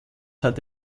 hat